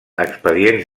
expedients